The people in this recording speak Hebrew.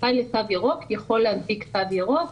זכאי לתו ירוק יכול להנפיק תו ירוק